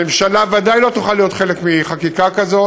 הממשלה בוודאי לא תוכל להיות חלק מחקיקה כזאת,